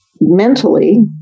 mentally